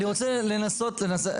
אני רוצה לנסח את זה אחרת,